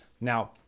Now